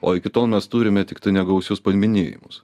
o iki tol mes turime tiktai negausius paminėjimus